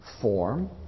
form